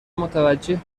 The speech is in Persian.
متوجه